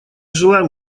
желаем